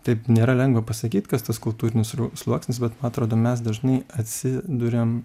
taip nėra lengva pasakyt kas tas kultūrinis sluoksnis bet matrodo mes dažnai atsiduriam